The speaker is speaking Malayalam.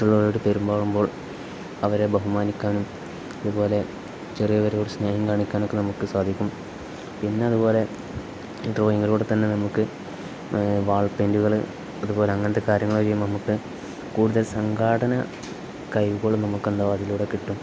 മറ്റുള്ളവരോട് പെരുമാറുമ്പോൾ അവരെ ബഹുമാനിക്കാനും അതുപോലെ ചെറിയവരോട് സ്നേഹം കാണിക്കാനൊക്കെ നമുക്ക് സാധിക്കും പിന്നതു പോലെ ഡ്രോയിങ്ങിലൂടെ തന്നെ നമുക്ക് വാൾ പെയിൻറ്റുകൾ അതുപോലെ അങ്ങനത്തെ കാര്യങ്ങൾ വഴിയും നമുക്ക് കൂടുതൽ സംഘാടന കഴിയുമ്പോൾ നമുക്ക് എന്താ അതിലൂടെ കിട്ടും